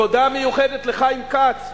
תודה מיוחדת לחיים כץ,